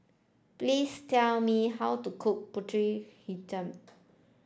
please tell me how to cook Pulut Hitam